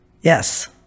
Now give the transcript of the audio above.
Yes